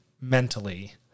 mentally